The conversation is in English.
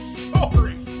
sorry